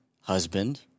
husband